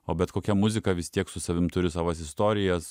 o bet kokia muzika vis tiek su savim turi savas istorijas